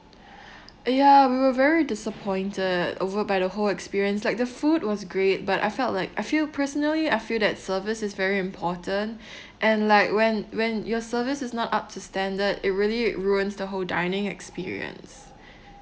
ya we were very disappointed over by the whole experience like the food was great but I felt like I feel personally I feel that service is very important and like when when your service is not up to standard it really ruins the whole dining experience